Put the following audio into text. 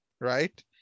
right